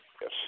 Yes